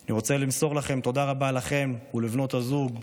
אני רוצה למסור תודה רבה לכם ולבנות הזוג.